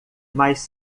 mais